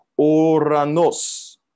Oranos